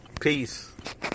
Peace